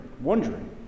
wondering